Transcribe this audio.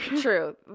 True